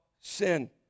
sin